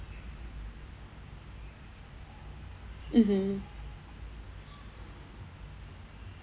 mmhmm